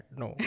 no